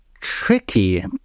tricky